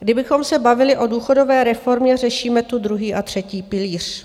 Kdybychom se bavili o důchodové reformě, řešíme tu druhý a třetí pilíř.